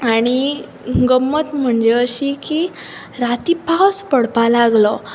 आनी गंमत म्हणजे अशी की राती पावस पडपा लागलो